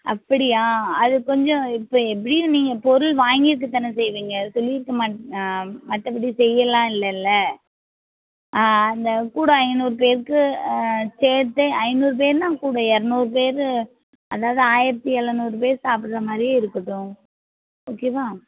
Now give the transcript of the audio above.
அப்படியா அது கொஞ்சம் இப்போ எப்படியும் நீங்கள் பொருள் வாங்கிட்டு தானே செய்வீங்க சொல்லியிருக்க மாட் மற்றபடி செய்யலாம் இல்லல்ல ஆ அந்த கூட ஐந்நூறு பேருக்கு சேர்த்து ஐநூறு பேருனால் கூட இரநூறு பேர் அதாவது ஆயிரத்தி எழுநூறு பேர் சாப்பிட்றமாரியே இருக்கட்டும் ஓகேவா